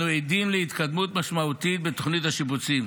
אנו עדים להתקדמות משמעותית בתוכנית השיפוצים.